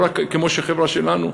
חברה כמו החברה שלנו,